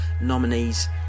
nominees